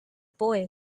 boy